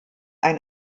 ein